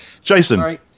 Jason